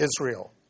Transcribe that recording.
Israel